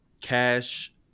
cash